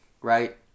right